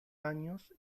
años